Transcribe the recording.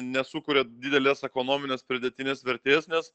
nesukuria didelės ekonominės pridėtinės vertės nes